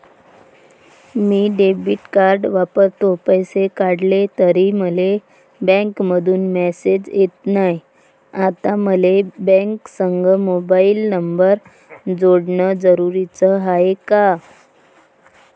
मी debit card वापरतो, पैसे काढले तरी मले बँकेमंधून मेसेज येत नाय, आता मले बँकेसंग मोबाईल नंबर जोडन जरुरीच हाय का?